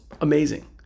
amazing